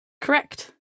Correct